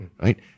right